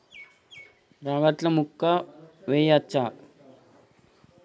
రాగట్ల మక్కా వెయ్యచ్చా?